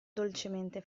dolcemente